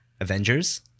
Avengers